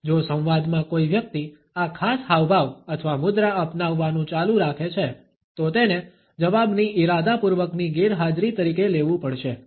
જો સંવાદમાં કોઈ વ્યક્તિ આ ખાસ હાવભાવ અથવા મુદ્રા અપનાવવાનું ચાલુ રાખે છે તો તેને જવાબની ઇરાદાપૂર્વકની ગેરહાજરી તરીકે લેવું પડશે